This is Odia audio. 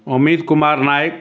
ଅମିତ କୁମାର ନାୟକ